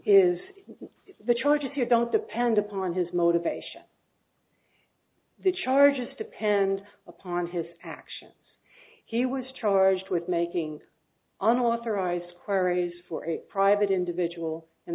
is the charges here don't depend upon his motivation the charges depend upon his actions he was charged with making an authorized squire is for a private individual and